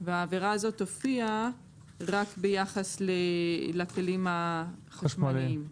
והעבירה הזאת תופיע רק ביחס לכלים החשמליים,